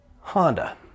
Honda